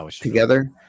together